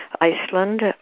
Iceland